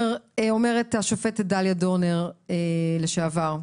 אומרת השופטת דליה דורנר לשעבר,